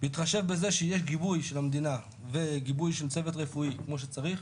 בהתחשב בזה שיהיה גיבוי של המדינה וגיבוי של צוות רפואי כמו שצריך,